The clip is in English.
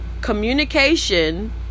communication